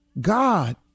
God